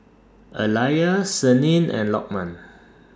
Alya Senin and Lokman